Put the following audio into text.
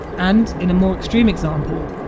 and in a more extreme example,